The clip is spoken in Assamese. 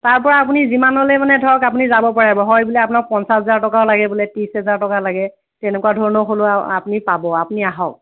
তাৰপৰা আপুনি যিমানলৈ মানে ধৰক আপুনি যাব পাৰিব হয় বোলে আপোনাক পঞ্চাছ হাজাৰ টকাও লাগে বোলে ত্ৰিছ হাজাৰ টকাৰ লাগে তেনেকুৱা ধৰণৰ হ'লেও আপুনি পাব আপনি আহক